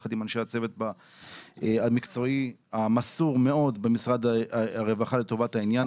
יחד עם אנשי הצוות המקצועי המסור מאוד במשרד הרווחה לטובת העניין.